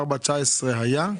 4-19 היה?